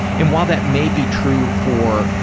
and while that may be true for,